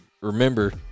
remember